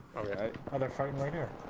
other finer